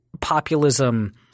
populism –